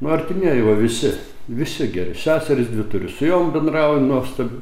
nu artimieji va visi visi geri seseris dvi turiu su jom bendrauju nuostabiu